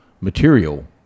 material